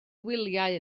wyliau